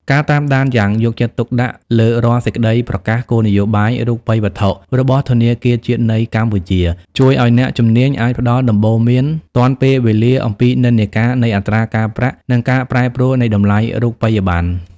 ការតាមដានយ៉ាងយកចិត្តទុកដាក់លើរាល់សេចក្ដីប្រកាសគោលនយោបាយរូបិយវត្ថុរបស់ធនាគារជាតិនៃកម្ពុជា ជួយឱ្យអ្នកជំនាញអាចផ្ដល់ដំបូន្មានទាន់ពេលវេលាអំពីនិន្នាការនៃអត្រាការប្រាក់ និងការប្រែប្រួលនៃតម្លៃរូបិយបណ្ណ។